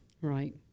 right